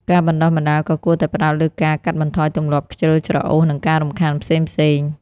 ការបណ្តុះបណ្តាលក៏គួរតែផ្តោតលើការកាត់បន្ថយទម្លាប់ខ្ជិលច្រអូសនិងការរំខានផ្សេងៗ។